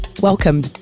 welcome